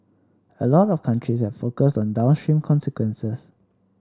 a lot of countries have focused on downstream consequences